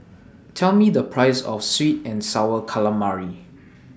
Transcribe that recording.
Tell Me The Price of Sweet and Sour Calamari